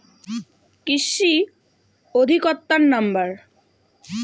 কৃষি অধিকর্তার নাম্বার?